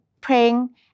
praying